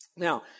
Now